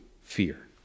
fear